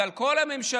ועל כל הממשלה,